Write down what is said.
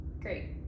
Great